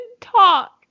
talk